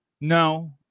No